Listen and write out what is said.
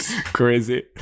Crazy